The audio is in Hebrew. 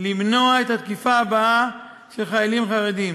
למנוע את התקיפה הבאה של חיילים חרדים.